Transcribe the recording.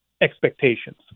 expectations